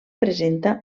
presenta